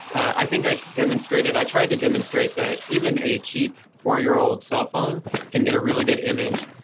i think i should demonstrate it. i tried to demonstrate that even a cheap four year old cell phone can get a really good image.